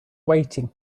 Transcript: waiting